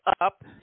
up